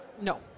No